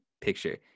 picture